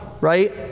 Right